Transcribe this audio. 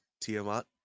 Tiamat